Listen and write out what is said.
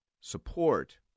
support